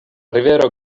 rivero